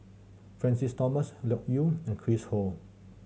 Francis Thomas Loke Yew and Chris Ho